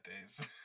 days